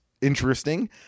Interesting